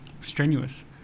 strenuous